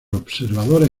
observadores